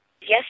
Yes